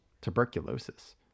tuberculosis